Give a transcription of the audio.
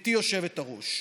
גברתי היושבת-ראש: